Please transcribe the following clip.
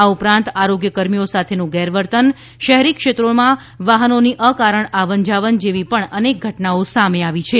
આ ઉપરાંત આરોગ્ય કર્મીઓ સાથેનું ગેરવર્તન શહેરી ક્ષેત્રોના વાહનોની અકારણ આવન જાવન જેવી પણ અનેક ઘટનાઓ સામે આવી છે